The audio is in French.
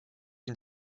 une